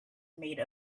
made